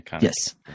Yes